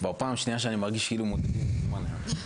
כבר פעם שנייה שאני מרגיש כאילו מודדים לי את הזמן גם.